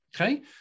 okay